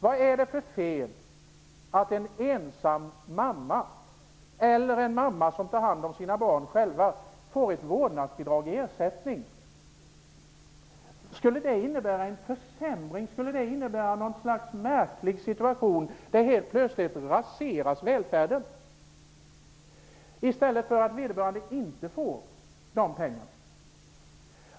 Vad är det för fel i att en ensam mamma eller en mamma som tar hand om sina barn själv får en ersättning i form av ett vårdnadsbidrag? Skulle det ha något slags märklig effekt, som gjorde att välfärden helt plötsligt raserades, i motsats till om vederbörande inte skulle få de pengarna?